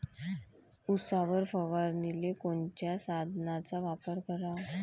उसावर फवारनीले कोनच्या साधनाचा वापर कराव?